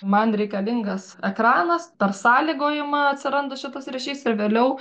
man reikalingas ekranas per sąlygojimą atsiranda šitas ryšys ir vėliau